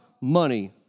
money